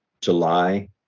july